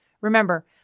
Remember